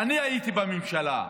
אני הייתי בממשלה,